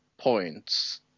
points